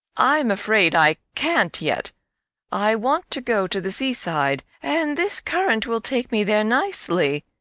i'm afraid i can't yet i want to go to the seaside, and this current will take me there nicely.